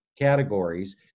categories